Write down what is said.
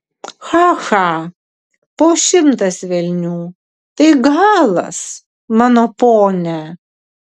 cha cha po šimtas velnių tai galas mano pone